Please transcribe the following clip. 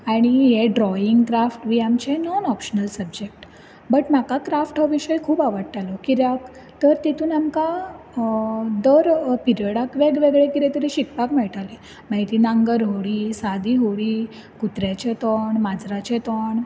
आनी हे drawing craft बी हे आमचें नॉन ऑप्शनल सब्जेक्ट बट म्हाका क्राफ्ट हो विशय खूब आवडटालो कित्याक तर तातूंत आमकां दर पिरेडाक वेगवेगळे कितें तरी शिकपाक मेळटालें मागीर ती नांगर व्हडी सादी व्हडी कुत्र्याचें तोंड मांजराचें तोंड अशें म्हण